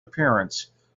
appearance